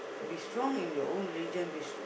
be strong in your own religion be